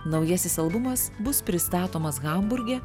naujasis albumas bus pristatomas hamburge